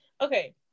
Okay